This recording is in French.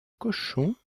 cochons